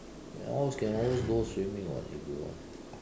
ya or else can always go swimming [what] if you want